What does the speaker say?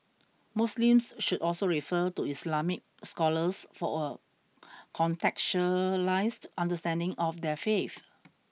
Muslims should also refer to Islamic scholars for a contextualised understanding of their faith